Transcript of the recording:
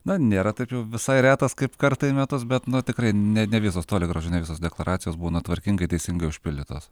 na nėra taip jau visai retas kaip kartą į metus bet na tikrai ne ne visos toli gražu ne visos deklaracijos būna tvarkingai teisingai užpildytos